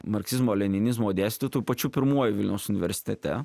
marksizmo leninizmo dėstytu pačiu pirmuoju vilniaus universitete